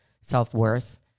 self-worth